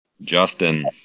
Justin